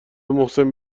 محسن